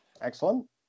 Excellent